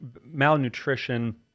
malnutrition